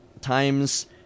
times